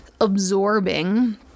absorbing